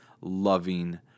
loving